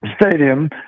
stadium